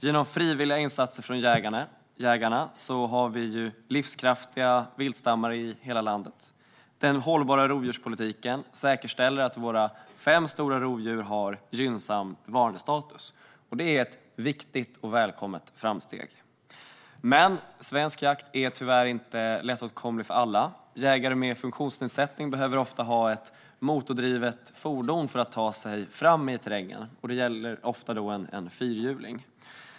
Genom frivilliga insatser från jägarna har vi livskraftiga viltstammar i hela landet. Den hållbara rovdjurspolitiken säkerställer att våra fem stora rovdjur har gynnsam bevarandestatus. Det är ett viktigt och välkommet framsteg. Men svensk jakt är tyvärr inte lättåtkomlig för alla. Jägare med funktionsnedsättning behöver ofta ha ett motordrivet fordon för att ta sig fram i terrängen. Det gäller ofta en fyrhjuling.